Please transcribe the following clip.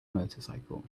motorcycle